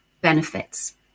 benefits